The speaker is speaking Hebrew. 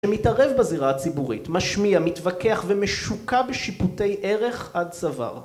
שמתערב בזירה הציבורית, משמיע, מתווכח ומשוקע בשיפוטי ערך עד צוואר